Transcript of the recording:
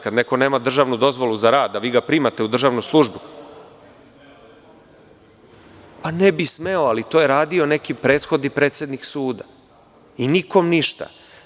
Kada neko nema državnu dozvolu za rad, a vi ga primate u državnu službu, ne bi smeo, ali to je radio neki prethodni predsednik suda i nikom ništa.